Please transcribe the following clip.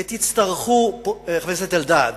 ותצטרכו, חבר הכנסת אלדד,